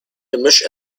gemisch